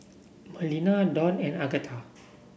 Melina Dawne and Agatha